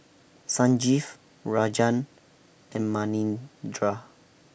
Sanjeev Rajan and Manindra